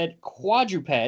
quadruped